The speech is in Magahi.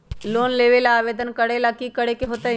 लोन लेबे ला आवेदन करे ला कि करे के होतइ?